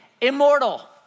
immortal